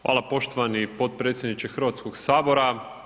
Hvala poštovani potpredsjedniče Hrvatskog sabora.